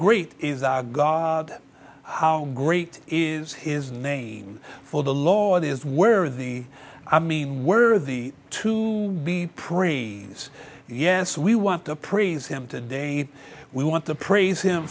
great is our god how great is his name for the lord is where the i mean worthy to be praise yes we want to praise him today we want to praise him